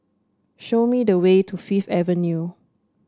show me the way to Fifth Avenue